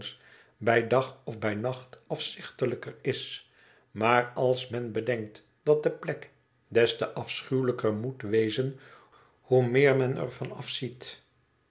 bij dag of bij nacht afzichtelijker is maar als men bedenkt dat de plek des te afschuwelijker moet wezen hoe meer men ervan ziet